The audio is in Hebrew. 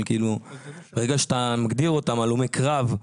ברגע שאתה מגדיר אותם הלומי קרב,